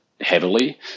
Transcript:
heavily